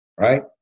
right